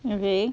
okay